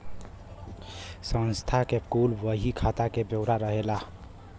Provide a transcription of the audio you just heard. संस्था के कुल बही खाता के ब्योरा रहेला